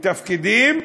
בתפקידים,